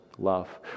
love